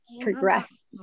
progress